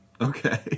Okay